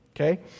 okay